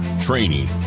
training